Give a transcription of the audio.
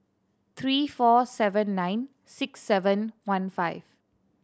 three four seven nine six seven one five